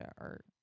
art